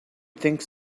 think